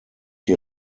die